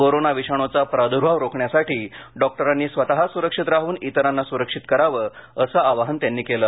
corona विषाणूचा प्रादुर्भाव रोखण्यासाठी डॉक्टरांनी स्वतः सुरक्षित राहून इतरांना सुरक्षित करावे असं आवाहन त्यांनी यावेळी केलं